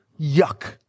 yuck